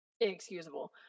inexcusable